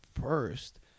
first